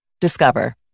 Discover